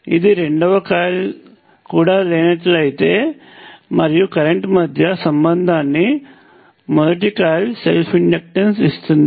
ఇది రెండవ కాయిల్ కూడా లేనట్లయితే వోల్టేజ్ మరియు కరెంట్ మధ్య సంబంధాన్ని మొదటి కాయిల్ సెల్ఫ్ ఇండక్టెన్స్ ఇస్తుంది